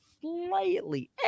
slightly